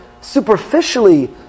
superficially